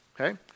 okay